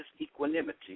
equanimity